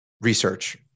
research